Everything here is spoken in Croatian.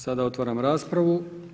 Sada otvaram raspravu.